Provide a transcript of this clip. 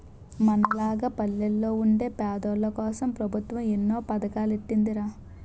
మనలాగ పల్లెల్లో వుండే పేదోల్లకోసం పెబుత్వం ఎన్నో పదకాలెట్టీందిరా